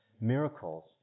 Miracles